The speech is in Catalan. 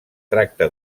tracta